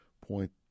point